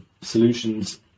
solutions